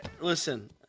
listen